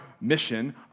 mission